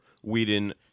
Whedon